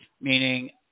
meaning